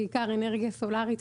בעיקר על אנרגיה סולארית,